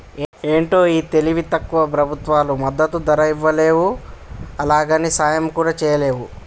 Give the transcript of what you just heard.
ఏంటో ఈ తెలివి తక్కువ ప్రభుత్వాలు మద్దతు ధరియ్యలేవు, అలాగని సాయం కూడా చెయ్యలేరు